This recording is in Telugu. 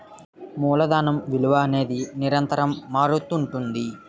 మూలధనం విలువ అనేది నిరంతరం మారుతుంటుంది